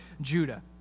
Judah